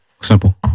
Simple